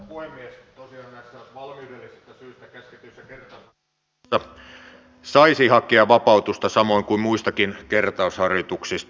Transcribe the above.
tosiaan näistä valmiudellisista syistä käsketyistä kertausharjoituksista saisi hakea vapautusta samoin kuin muistakin kertausharjoituksista